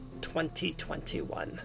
2021